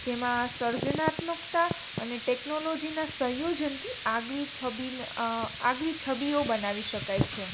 જેમાં સર્જનાત્મકતા અને ટેકનોલોજીના સંયોજનથી આગવી છબી આગવી છબીઓ બનાવી શકાય છે